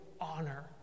honor